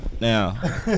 Now